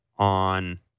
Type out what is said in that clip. on